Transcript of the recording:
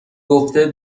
گفته